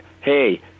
hey